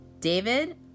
David